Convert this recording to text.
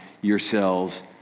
yourselves